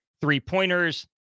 three-pointers